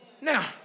Now